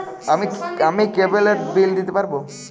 আমি কেবলের বিল দিতে পারবো?